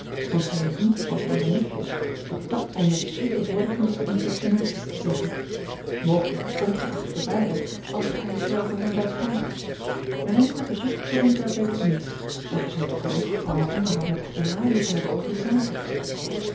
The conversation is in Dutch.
want zij heeft niet als onze nufjes den tact om met zoete woordekens impertinenties te zeggen mogelijk komt gij achter de waarheid als gij haar die zelve ronduit vraagt een enkel bezoek verbindt daarbij tot niets en gij zult toch in elk geval een onderhoud met den generaal moeten hebben over de zaken